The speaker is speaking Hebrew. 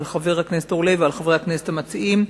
על חבר הכנסת אורלב ועל חברי הכנסת המציעים.